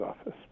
office